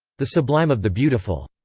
the sublime of the beautiful.